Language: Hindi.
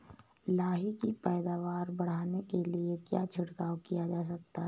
लाही की पैदावार बढ़ाने के लिए क्या छिड़काव किया जा सकता है?